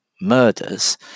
murders